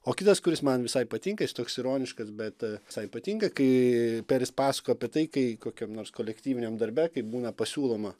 o kitas kuris man visai patinka jis toks ironiškas bet visai patinka kai peris pasakojo apie tai kai kokiam nors kolektyviniam darbe kai būna pasiūloma